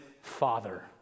Father